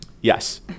Yes